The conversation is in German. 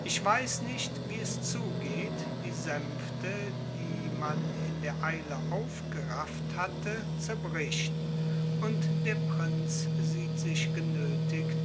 ich weiß nicht wie es zugeht die sänfte die man in der eile aufgerafft hatte zerbricht und der prinz sieht sich genötigt